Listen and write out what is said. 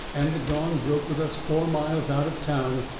and the dawn broke with us four miles out of town.